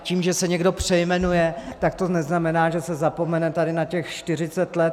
Tím, že se někdo přejmenuje, tak to neznamená, že se zapomene tady na těch 40 let.